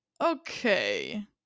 okay